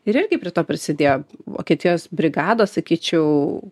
ir irgi prie to prisidėjo vokietijos brigados sakyčiau